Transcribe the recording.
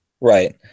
Right